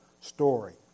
story